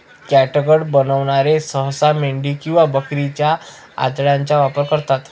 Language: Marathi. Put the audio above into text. कॅटगट बनवणारे सहसा मेंढी किंवा बकरीच्या आतड्यांचा वापर करतात